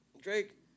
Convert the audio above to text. Drake